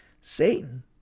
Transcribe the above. Satan